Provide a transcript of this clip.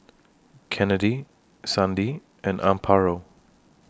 Kennedi Sandi and Amparo